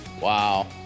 Wow